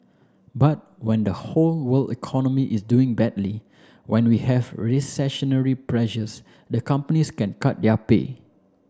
but when the whole world economy is doing badly when we have recessionary pressures the companies can cut their pay